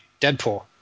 Deadpool